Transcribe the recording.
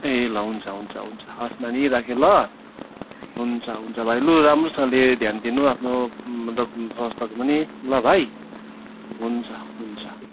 ए ल हुन्छ हुन्छ हुन्छ हवस् नानी राखेँ ल हुन्छ हुन्छ भाइ लु राम्रोसँगले ध्यान दिनु आफ्नो मतलब स्वास्थ्यको पनि ल भाइ हुन्छ हुन्छ